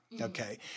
Okay